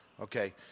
Okay